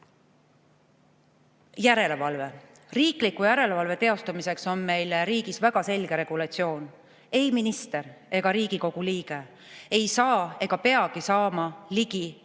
Järelevalve. Riikliku järelevalve teostamiseks on meil riigis väga selge regulatsioon. Ei minister ega Riigikogu liige saa ega peagi saama ligi